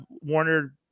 Warner